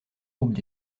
groupes